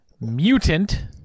Mutant